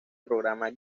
programa